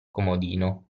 comodino